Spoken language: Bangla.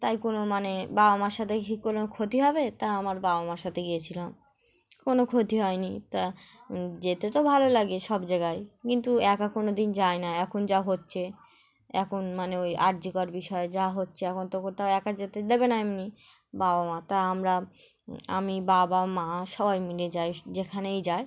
তাই কোনো মানে বাবা মার সাথে ঘ কোনো ক্ষতি হবে তা আমার বাবা মার সাথে গিয়েছিলাম কোনো ক্ষতি হয়নি তা যেতে তো ভালো লাগে সব জায়গায় কিন্তু একা কোনো দিন যায় না এখন যা হচ্ছে এখন মানে ওই আর জি কর বিষয়ে যা হচ্ছে এখন তো কোথাও একা যেতে দেবে না এমনি বাবা মা তা আমরা আমি বাবা মা সবাই মিলে যায় যেখানেই যাই